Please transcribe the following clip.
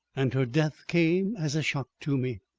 and her death came as a shock to me.